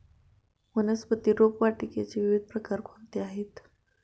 वनस्पती रोपवाटिकेचे विविध प्रकार कोणते आहेत?